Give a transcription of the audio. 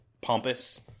pompous